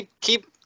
keep